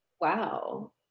Wow